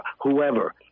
whoever